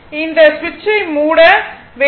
அந்த சுவிட்சை மூட வேண்டும்